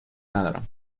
ندارم